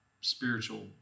spiritual